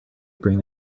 bring